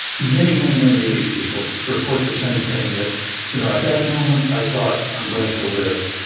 many, many, many of these people report the same thing that, you know at that moment, i thought i'm going to live.